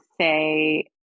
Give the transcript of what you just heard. say